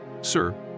Sir